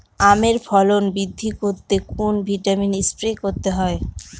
আমের ফলন বৃদ্ধি করতে কোন ভিটামিন স্প্রে করতে হয়?